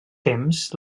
temps